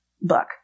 book